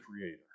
Creator